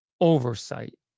oversight